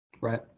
Right